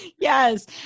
Yes